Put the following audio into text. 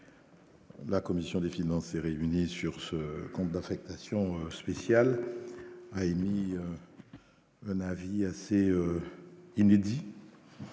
La commission des finances est réuni sur ce compte d'affectation spéciale. A émis un avis assez inédit.